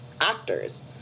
actors